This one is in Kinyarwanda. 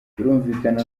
birumvikana